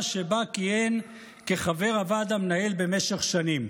שבה כיהן כחבר הוועד המנהל במשך שנים.